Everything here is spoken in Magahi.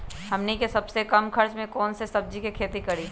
हमनी के सबसे कम खर्च में कौन से सब्जी के खेती करी?